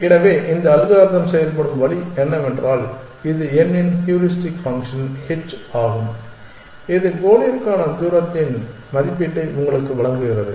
எனவே இந்த அல்காரிதம் செயல்படும் வழி என்னவென்றால் இது n இன் ஹூரிஸ்டிக் ஃபங்க்ஷன் h ஆகும் இது கோலிற்கான தூரத்தின் மதிப்பீட்டை உங்களுக்கு வழங்குகிறது